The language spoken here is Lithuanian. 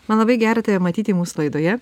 man labai gera tave matyti mūsų laidoje